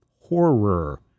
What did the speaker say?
Horror